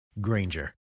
Granger